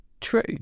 true